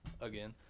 again